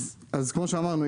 כמו שאמרנו,